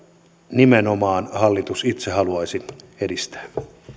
nimenomaan hallitus itse haluaisi edistää